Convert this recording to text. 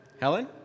Helen